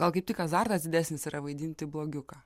gal kaip tik azartas didesnis yra vaidinti blogiuką